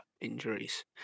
injuries